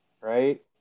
Right